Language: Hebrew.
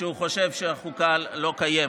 כשהוא חושב שהחוקה לא קיימת.